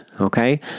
Okay